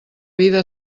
vida